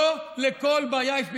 לא לכל בעיה יש פתרון.